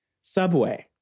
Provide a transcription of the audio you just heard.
Subway